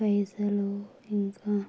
పైసలు ఇంకా